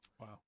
Wow